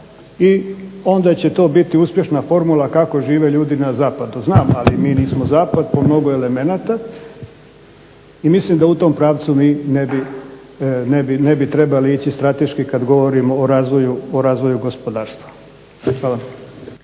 i onda će to biti uspješna formula kako žive ljudi na zapadu. Znam, ali mi nismo zapad po mnogo elemenata i mislim da u tom pravcu mi ne bi trebali ići strateški kad govorimo o razvoju gospodarstva. Hvala.